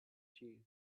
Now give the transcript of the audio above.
cheese